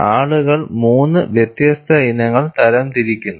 ആളുകൾ 3 വ്യത്യസ്ത ഇനങ്ങൾ തരംതിരിക്കുന്നു